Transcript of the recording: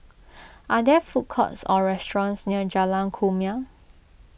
are there food courts or restaurants near Jalan Kumia